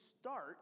start